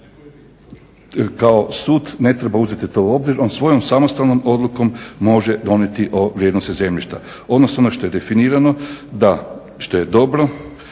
kao sud ne treba uzeti to u obzir, on svojom samostalnom odlukom može donijeti o vrijednosti zemljišta, odnosno ono što je definirano, što je dobro,